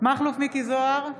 מכלוף מיקי זוהר,